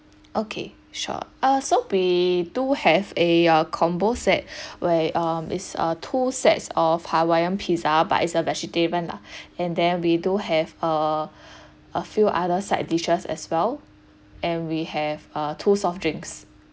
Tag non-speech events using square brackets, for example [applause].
okay sure uh so we do have a uh combo set [breath] where um it's err two sets of hawaiian pizza but it's a vegetarian lah and then we do have err a few other side dishes as well and we have uh two soft drinks